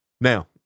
Now